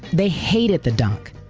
they hated the dunk,